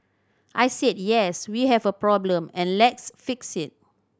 I said yes we have a problem and let's fix it